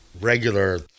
regular